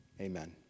Amen